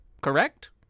correct